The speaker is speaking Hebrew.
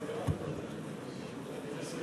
יושב-ראש הכנסת וחבר הכנסת לשעבר שבח וייס,